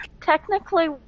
technically